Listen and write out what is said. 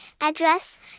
Address